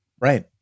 Right